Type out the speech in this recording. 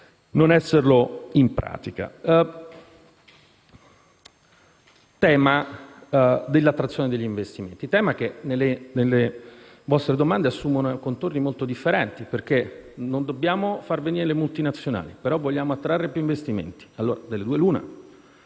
non esserlo in pratica. Il tema dell'attrazione degli investimenti nelle vostre domande assume contorni molto differenti. Non vogliamo far venire le multinazionali, ma vogliamo attrarre più investimenti: delle due l'una.